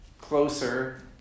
closer